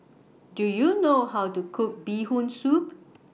Do YOU know How to Cook Bee Hoon Soup